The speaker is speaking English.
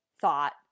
thought